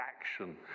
action